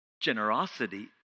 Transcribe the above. generosity